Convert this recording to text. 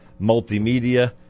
Multimedia